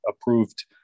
approved